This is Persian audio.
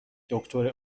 دکتر